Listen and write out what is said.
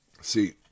See